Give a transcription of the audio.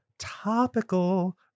Topical